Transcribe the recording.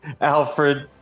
Alfred